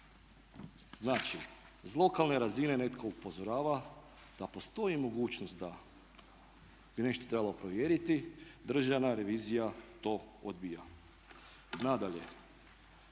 Znači iz lokalne razine netko upozorava da postoji mogućnost da bi nešto trebalo provjeriti, državna revizija to odbija. Nadalje,